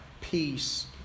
peace